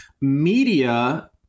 media